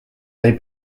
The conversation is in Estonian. jäi